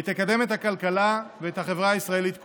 היא תקדם את הכלכלה ואת החברה הישראלית כולה.